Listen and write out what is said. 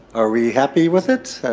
are we happy with it?